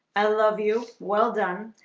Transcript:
i love you. well done.